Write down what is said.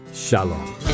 Shalom